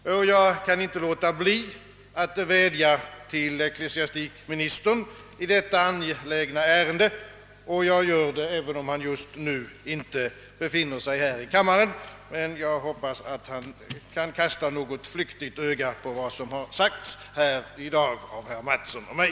Jag kan inte låta bli att vädja till ecklesiastikministern i detta angelägna ärende, och jag gör det, även om han just nu inte befinner sig här i kammaren. Jag hoppas, att han kan kasta något flyktigt öga på vad som har sagts här i dag av herr Mattsson och mig.